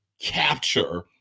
capture